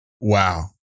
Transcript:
Wow